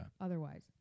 otherwise